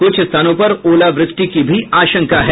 कुछ स्थानों पर ओलावृष्टि की भी आशंका है